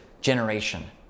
generation